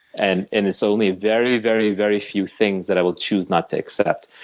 and and it's only very, very very few things that i will choose not to accept.